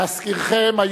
להזכירכם,